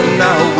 now